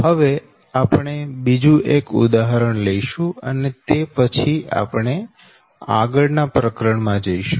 હવે આપણે બીજું એક ઉદાહરણ લઈશું અને તે પછી આપણે આગળના પ્રકરણ માં જઇશું